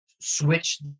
switch